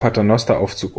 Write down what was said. paternosteraufzug